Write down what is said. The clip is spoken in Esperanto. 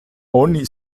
oni